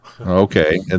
Okay